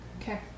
Okay